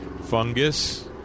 fungus